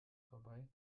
vorbei